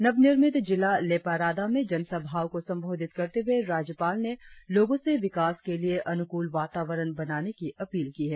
नवनिर्मित जिला लेपा राडा में जन सभाओं को संबोधित करते हुए राज्यपाल ने लोगों से विकास के लिए अनुकूल वातावरण बनाने की अपील की है